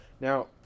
Now